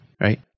right